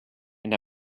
and